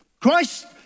Christ